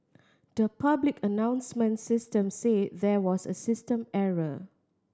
the public announcement system said there was a system error